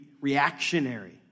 reactionary